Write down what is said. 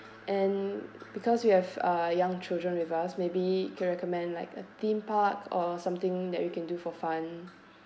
and because we have uh young children with us maybe can recommend like a theme park or something that we can do for fun